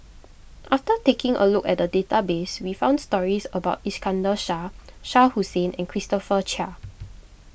after taking a look at the database we found stories about Iskandar Shah Shah Hussain and Christopher Chia